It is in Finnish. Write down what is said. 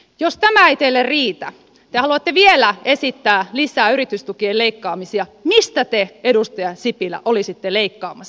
jos tämä ei teille riitä te haluatte vielä esittää lisää yritystukien leikkaamisia mistä te edustaja sipilä olisitte leikkaamassa